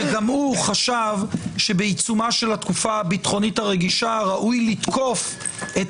שגם הוא חשב שבעיצומה של התקופה הביטחונית הרגישה ראוי לתקוף את